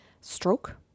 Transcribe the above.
stroke